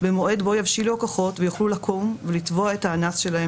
במועד בו יבשילו הכוחות ויוכלו לקום ולתבוע את האנס שלהם,